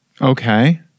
Okay